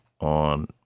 on